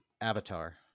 Avatar